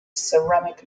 ceramic